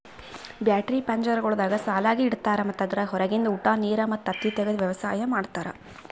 battery ಪಂಜರಗೊಳ್ದಾಗ್ ಸಾಲಾಗಿ ಇಡ್ತಾರ್ ಮತ್ತ ಅದುರಾಗ್ ಹೊರಗಿಂದ ಉಟ, ನೀರ್ ಮತ್ತ ತತ್ತಿ ತೆಗೆದ ವ್ಯವಸ್ತಾ ಮಾಡ್ಯಾರ